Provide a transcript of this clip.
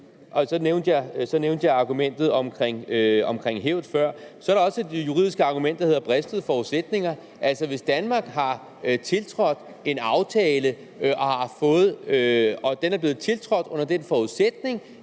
Så nævnte jeg argumentet om hævd før, men så er der også det juridiske argument, der hedder bristede forudsætninger. Altså, hvis Danmark har tiltrådt en aftale og den er blevet tiltrådt under den forudsætning,